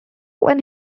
when